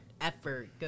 effort